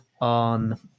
on